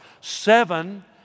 seven